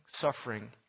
suffering